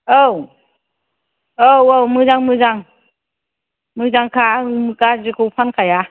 औ औ औ मोजां मोजां मोजांखा आं गाज्रिखौ फानखाया